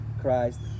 Christ